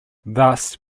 thus